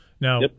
now